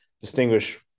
distinguish